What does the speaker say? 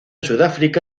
sudáfrica